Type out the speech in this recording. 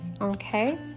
Okay